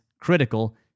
critical